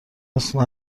اسم